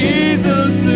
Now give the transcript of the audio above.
Jesus